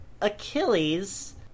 Achilles